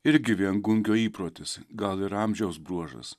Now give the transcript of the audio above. irgi viengungio įprotis gal ir amžiaus bruožas